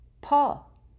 Paul